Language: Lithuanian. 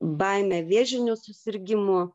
baime vėžinių susirgimų